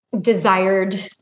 desired